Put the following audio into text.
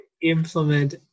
implement